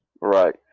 Right